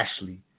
Ashley